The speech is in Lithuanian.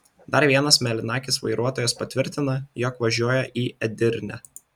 dar vienas mėlynakis vairuotojas patvirtina jog važiuoja į edirnę